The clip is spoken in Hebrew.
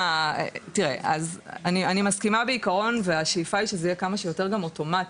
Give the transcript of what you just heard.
--- אני מסכימה בעיקרון והשאיפה היא שזה יהיה גם כמה שיותר אוטומטי,